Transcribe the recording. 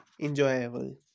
enjoyable